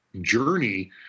journey